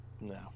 No